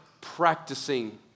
practicing